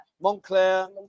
Montclair